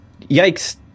yikes